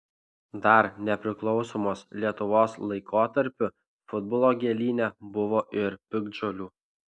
dar nepriklausomos lietuvos laikotarpiu futbolo gėlyne buvo ir piktžolių